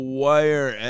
wire